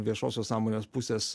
viešosios sąmonės pusės